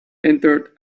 entered